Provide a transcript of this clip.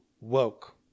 woke